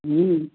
हूँ